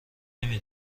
نمی